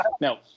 No